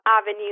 avenue